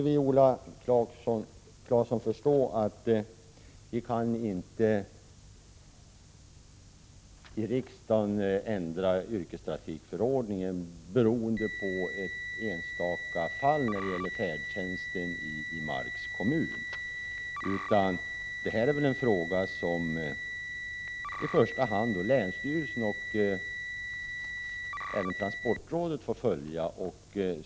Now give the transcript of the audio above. Viola Claesson måste förstå att vi inte i riksdagen kan ändra yrkestrafikförordningen beträffande färdtjänsten beroende på ett enstaka fall i Marks kommun. Det är en fråga som i första hand länsstyrelsen och även transportrådet får följa.